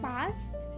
Past